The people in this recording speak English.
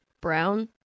brown